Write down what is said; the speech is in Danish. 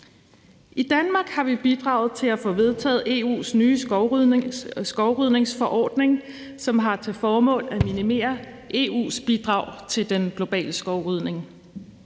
I Danmark har vi bidraget til at få vedtaget EU’s nye skovrydningsforordning, som har til formål at minimere EU's bidrag til den globale skovrydning